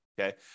Okay